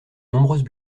nombreuses